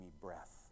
breath